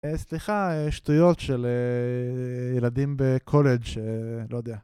סליחה, שטויות של ילדים בקולג', לא יודע.